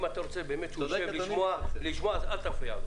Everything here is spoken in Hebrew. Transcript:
אם אתה רוצה שהוא באמת יישב וישמע, אל תפריע לו.